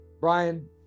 Brian